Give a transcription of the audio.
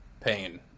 pain